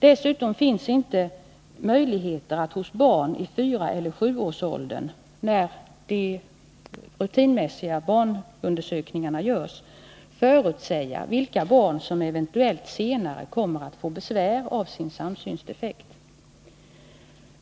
Det finns inte heller diagnostiska möjligheter att hos barn i fyraeller sjuårsåldern, när de rutinmässiga barnundersökningarna görs, förutsäga vilka barn som eventuellt senare kommer att få besvär av sin samsynsdefekt.